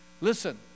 Listen